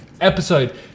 episode